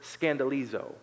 scandalizo